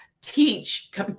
teach